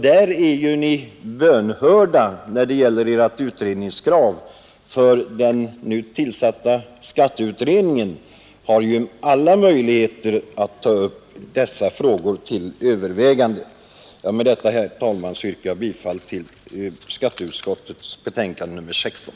Där har ni blivit bönhörda när det gäller ert utredningskrav, eftersom den nu tillsatta skatteutredningen har alla möjligheter att ta upp dessa frågor till övervägande. Med detta, herr talman, yrkar jag bifall till skatteutskottets betänkande nr 16.